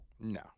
No